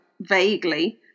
vaguely